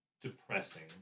depressing